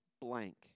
blank